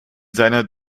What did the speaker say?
seiner